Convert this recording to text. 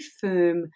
firm